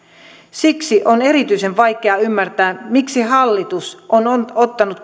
siksi on erityisen vaikea ymmärtää miksi hallitus on on ottanut